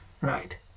Right